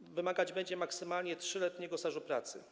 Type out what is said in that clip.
wymagać będzie maksymalnie 3-letniego stażu pracy.